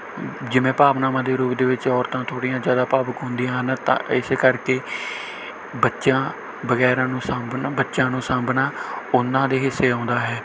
ਜਿਵੇਂ ਭਾਵਨਾਵਾਂ ਦੇ ਰੂਪ ਦੇ ਵਿੱਚ ਔਰਤਾਂ ਥੋੜ੍ਹੀਆਂ ਜ਼ਿਆਦਾ ਭਾਵੁਕ ਹੁੰਦੀਆਂ ਹਨ ਤਾਂ ਇਸ ਕਰਕੇ ਬੱਚਾ ਵਗੈਰਾ ਨੂੰ ਸਾਂਭਣਾ ਬੱਚਿਆਂ ਨੂੰ ਸਾਂਭਣਾ ਉਹਨਾਂ ਦੇ ਹਿੱਸੇ ਆਉਂਦਾ ਹੈ